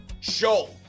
show